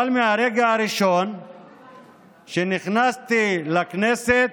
אבל מהרגע הראשון שנכנסתי לכנסת,